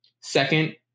Second